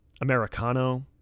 Americano